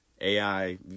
AI